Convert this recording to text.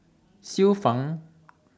Xiu Fang